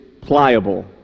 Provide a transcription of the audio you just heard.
Pliable